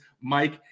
Mike